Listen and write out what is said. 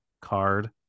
card